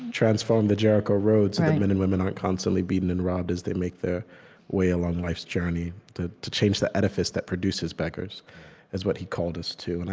transform the jericho road so that men and women aren't constantly beaten and robbed as they make their way along life's journey. to to change the edifice that produces beggars is what he called us to. and